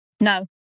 No